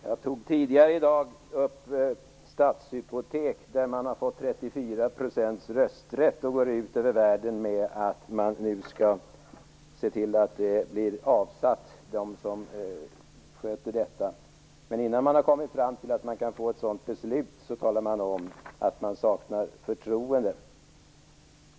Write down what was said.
Herr talman! Tidigare i dag tog jag upp Stadshypotek, där staten har fått 34 % rösträtt och går ut med att de som sköter det skall bli avsatta. Innan man har kommit fram till att man kan få igenom ett sådant beslut talar man om att man saknar förtroende.